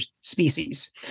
species